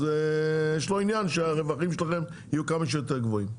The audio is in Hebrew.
אז יש לו עניין שהרווחים שלכם יהיו כמה שיותר גבוהים.